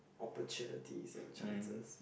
opportunities and chances